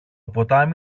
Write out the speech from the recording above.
ποτάμι